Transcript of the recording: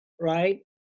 right